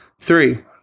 three